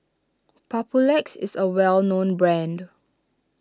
Papulex is a well known brand